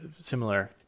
similar